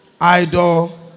idol